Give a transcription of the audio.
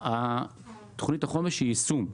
תוכנית החומש היא יישום,